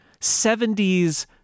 70s